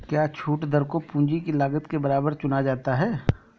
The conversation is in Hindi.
क्या छूट दर को पूंजी की लागत के बराबर चुना जाता है?